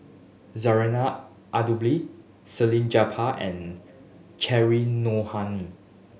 Zarinah Abdullah Salleh Japar and Cheryl Noronha